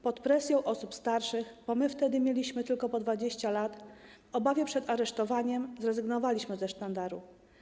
Pod presją osób starszych, bo my wtedy mieliśmy tylko po 20 lat, w obawie przed aresztowaniem zrezygnowaliśmy ze sztandaru.